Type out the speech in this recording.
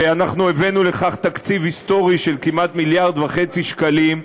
ואנחנו הבאנו לכך תקציב היסטורי של כמעט מיליארד וחצי שקלים,